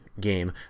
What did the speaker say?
game